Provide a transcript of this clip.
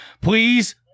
Please